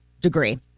degree